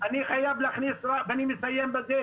אני חייב להכניס ואני מסיים בזה,